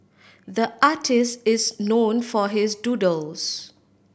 the artist is known for his doodles